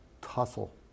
Tussle